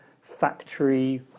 factory